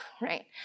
right